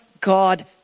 God